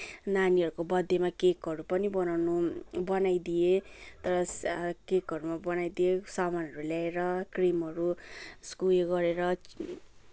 नानीहरूको बर्थडेमा केकहरू पनि बनाउन बनाइदिएँ तर सा केकहरू बनाइदिएँ सामानहरू ल्याएर क्रिमहरू यसको उयो गरेर